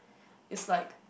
it's like